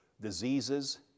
diseases